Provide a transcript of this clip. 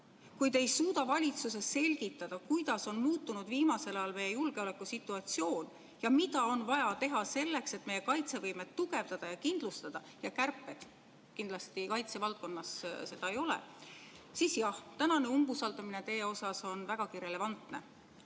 Kui te ei suuda valitsuses selgitada, kuidas on muutunud viimasel ajal meie julgeolekusituatsioon ja mida on vaja teha selleks, et meie kaitsevõimet tugevdada ja kindlustada – ja kärped kindlasti kaitsevaldkonnas seda ei tee –, siis jah, tänane umbusaldamine on vägagi relevantne.